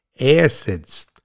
acids